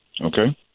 Okay